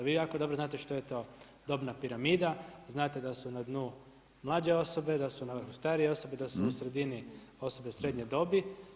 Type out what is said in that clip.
Vi jako dobro znate što je to dobna piramida, znate da su na dnu mlađe osobe, da su na vrhu starije osobe, da su u sredini osobe srednje dobi.